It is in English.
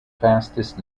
fastest